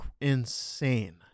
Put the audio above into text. insane